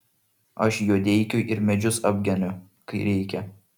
aš juodeikiui ir medžius apgeniu kai reikia